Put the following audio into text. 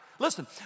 Listen